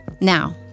Now